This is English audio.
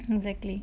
exactly